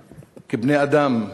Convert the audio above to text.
כבני-אדם,